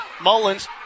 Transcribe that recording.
Mullins